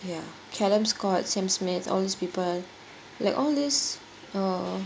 ya calum scott sam smith all these people like all this err